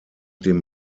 dem